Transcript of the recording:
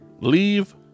leave